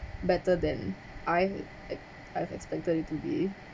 better than I've I've expected it to be